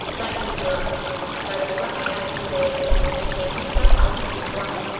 let me blood so i pulled out my astrolabe and, taking the sun's altitude for him,